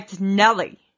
nelly